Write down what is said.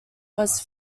was